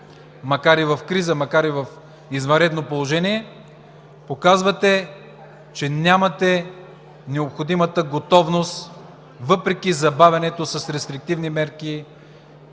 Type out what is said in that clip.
макар и в криза, макар и в извънредно положение, показвате, че нямате необходимата готовност, въпреки забавянето с рестриктивни мерки